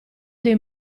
dei